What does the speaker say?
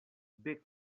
big